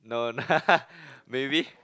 no nah maybe